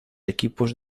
equipos